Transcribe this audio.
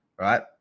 right